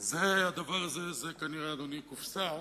הדבר הזה הוא כנראה, אדוני, קופסה